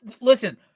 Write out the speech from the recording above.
listen